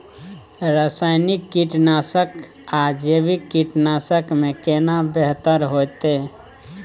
रसायनिक कीटनासक आ जैविक कीटनासक में केना बेहतर होतै?